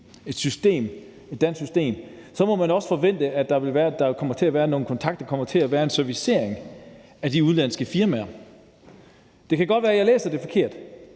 et dansk system, må man også forvente, at der kommer til at være nogle kontakter, at der kommer til at være en servicering af de udenlandske firmaer. Det kan godt være, at jeg læser det forkert,